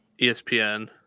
ESPN